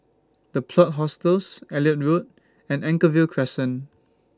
The Plot Hostels Elliot Road and Anchorvale Crescent